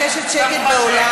רבותי, אז אני מבקשת שקט באולם.